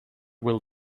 will